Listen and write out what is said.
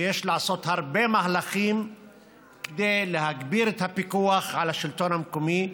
ויש לעשות הרבה מהלכים כדי להגביר את הפיקוח על השלטון המקומי,